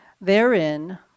Therein